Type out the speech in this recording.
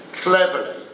cleverly